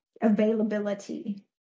availability